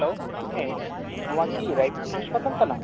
hello ᱦᱮᱸ ᱱᱚᱶᱟ ᱠᱤ ᱨᱟᱭᱯᱩᱨ ᱦᱟᱥᱯᱛᱟᱞ ᱠᱟᱱᱟ